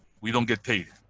we don't get paid,